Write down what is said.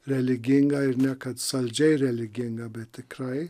religinga ir ne kad saldžiai religinga bet tikrai